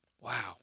Wow